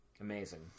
Amazing